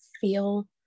feel